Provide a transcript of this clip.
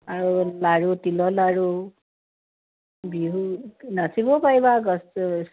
আৰু লাড়ু তিলৰ লাড়ু বিহু নাচিবও পাৰিবা